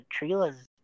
Trila's